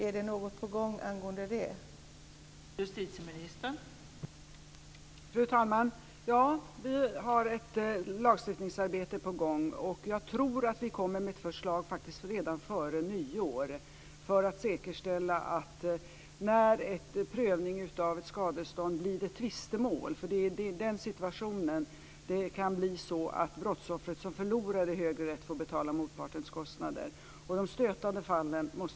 Är det något på gång när det gäller det?